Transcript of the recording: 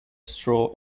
straw